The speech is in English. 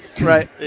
Right